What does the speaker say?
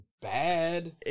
bad